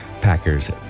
Packers